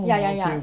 ya ya ya